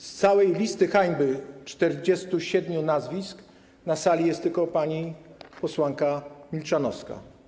Z całej listy hańby 47 nazwisk na sali jest tylko pani posłanka Milczanowska.